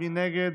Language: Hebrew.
מי נגד?